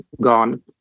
gone